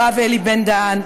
הרב אלי בן-דהן,